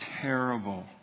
terrible